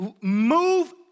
move